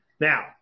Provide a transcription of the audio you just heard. Now